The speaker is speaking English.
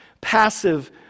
Passive